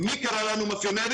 ומי קרא לנו מאפיונרים?